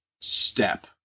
step